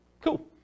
Cool